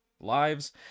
lives